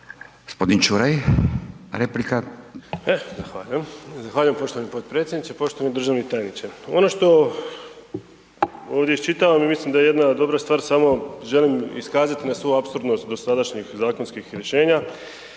**Čuraj, Stjepan (HNS)** Zahvaljujem poštovani potpredsjedniče, poštovani državni tajniče. Ono što ovdje iščitavam i mislim da je jedna dobra stvar, samo želim iskazati na svu apsurdnost dosadašnjih zakonskih rješenja,